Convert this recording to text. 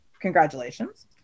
congratulations